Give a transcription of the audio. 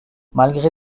malgré